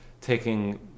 taking